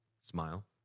Smile